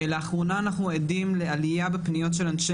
לאחרונה אנחנו עדים לעלייה בפניות של אנשי